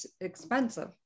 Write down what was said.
expensive